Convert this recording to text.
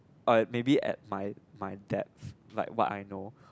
i maybe at my my depth like what I know